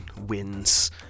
wins